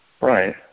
Right